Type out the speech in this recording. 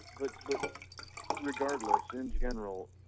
but but regardless in general,